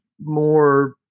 more